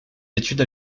études